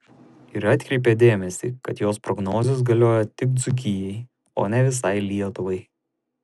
ir atkreipė dėmesį kad jos prognozės galioja tik dzūkijai o ne visai lietuvai